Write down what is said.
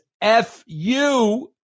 F-U